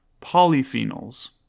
polyphenols